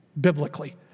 biblically